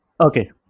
Okay